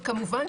וכמובן,